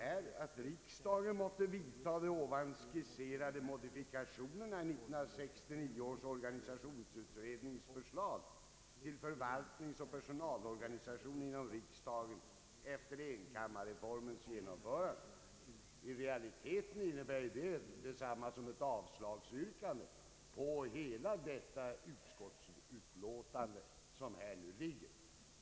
Jo, att riksdagen måtte vidta de skisserade modifikationerna i 1969 års organisationsutrednings förslag till förvaltningsoch personalorganisation efter enkammarreformens genomförande. I realiteten innebär detta detsamma som ett avslagsyrkande på hela det utskottsutlåtande som föreligger.